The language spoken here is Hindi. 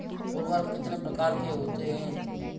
उर्वरक कितने प्रकार के होते हैं?